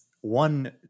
one